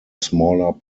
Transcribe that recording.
smaller